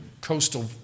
coastal